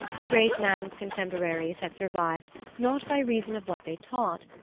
the great man's contemporaries had survived not by reason of what they taught,